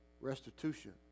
restitution